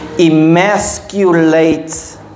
Emasculate